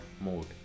mode